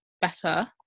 better